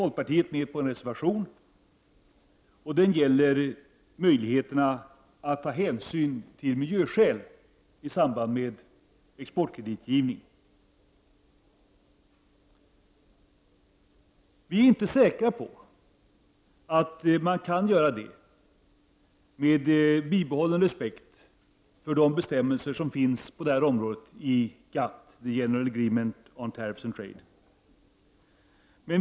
Folkpartiet finns med på en reservation som gäller möjligheterna att ta hänsyn till miljöskäl i samband med exportkreditgivning. Vi är inte säkra på att man kan göra det med bibehållen respekt för de bestämmelser som finns på detta område i GATT, General Agreement on Tariffs and Trade.